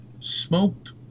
smoked